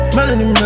Melody